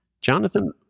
Jonathan